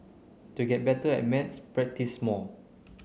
to get better at maths practise more